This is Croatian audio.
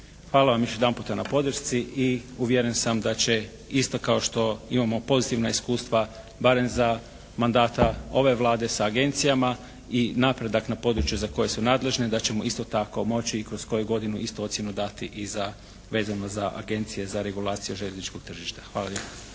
Hvala vam još jedanputa na podršci i uvjeren sam da će isto kao što imamo pozitivna iskustva barem za mandata ove Vlade sa agencijama i napredak na području za koje su nadležne da ćemo isto tako moći i kroz koju godinu istu ocjenu dati i za, vezano za agencije za regulaciju željezničkog tržišta. Hvala